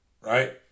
right